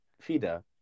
feeder